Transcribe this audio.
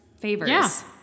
Favors